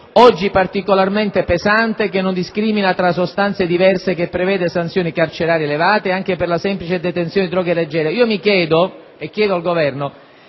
oggi particolarmente pesante, che non discrimina tra sostanze diverse che prevede sanzioni carcerarie elevate anche per la semplice detenzione di droghe leggere, mi chiedo - e chiedo al Governo